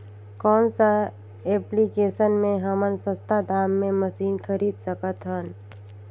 कौन सा एप्लिकेशन मे हमन सस्ता दाम मे मशीन खरीद सकत हन?